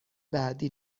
بعدی